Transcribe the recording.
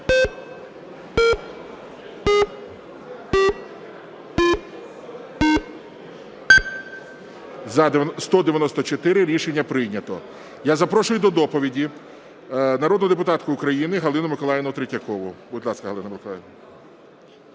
За-194 Рішення прийнято. Я запрошую до доповіді народну депутатку України Галину Миколаївну Третьякову. Будь ласка, Галина Миколаївна.